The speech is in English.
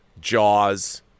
Jaws